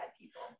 people